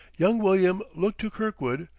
young william looked to kirkwood,